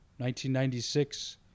1996